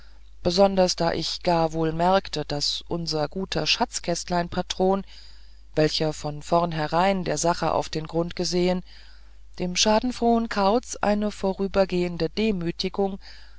besonders da ich gar wohl merkte daß unser guter schatzkästleinspatron welcher von vornherein der sache auf den grund gesehen dem schadenfrohen kauzen eine vorübergehende demütigung